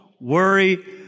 worry